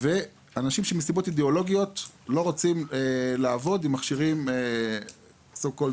ואנשים שמסיבות אידיאולוגיות לא רוצים לעבוד עם מכשירים חכמים